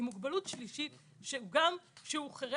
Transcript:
היא מוגבלות שלישית שהוא חירש-עיוור.